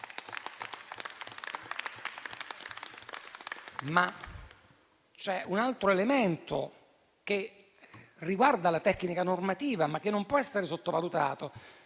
C'è un altro elemento che riguarda la tecnica normativa, ma che non può essere sottovalutato: